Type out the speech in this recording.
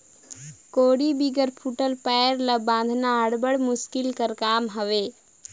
कोड़ी बिगर फूटल पाएर ल बाधना अब्बड़ मुसकिल कर काम हवे